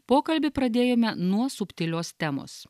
pokalbį pradėjome nuo subtilios temos